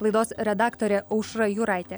laidos redaktorė aušra jūraitė